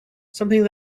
something